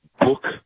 book